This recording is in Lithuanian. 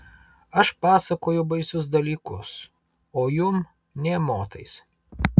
aš pasakoju baisius dalykus o jum nė motais